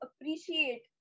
appreciate